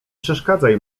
przeszkadzaj